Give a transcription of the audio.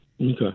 Okay